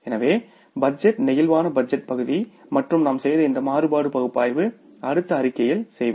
எனவே budget flexible budget பகுதி மற்றும் நாம் செய்த இந்த மாறுபாடு பகுப்பாய்வு அடுத்த அறிக்கையில் செய்வோம்